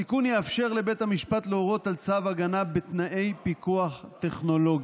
התיקון יאפשר לבית המשפט להורות על צו הגנה בתנאי פיקוח טכנולוגי.